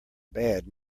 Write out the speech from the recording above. bad